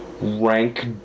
rank